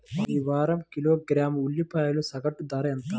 ఈ వారం కిలోగ్రాము ఉల్లిపాయల సగటు ధర ఎంత?